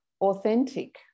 authentic